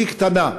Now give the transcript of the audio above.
הוא קטן,